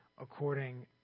according